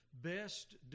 best